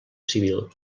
civil